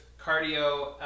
cardio